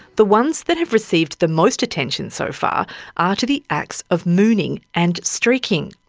the ones that have received the most attention so far are to the acts of mooning and streaking.